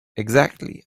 exactly